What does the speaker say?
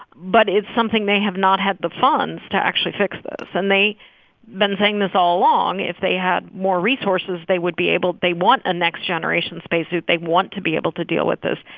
but it's something they have not had the funds to actually fix this. and they've been saying this all along. if they had more resources, they would be able they want a next-generation spacesuit. they want to be able to deal with this.